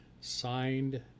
Signed